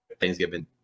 Thanksgiving